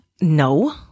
No